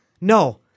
No